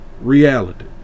reality